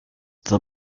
the